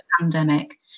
pandemic